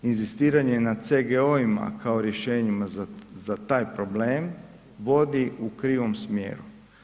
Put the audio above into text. Inzistiranje na CGO-ima kao rješenjima za taj problem vodi u krivom smjeru.